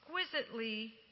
exquisitely